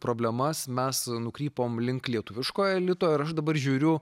problemas mes nukrypom link lietuviškojo elito ir aš dabar žiūriu